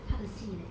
他的戏 leh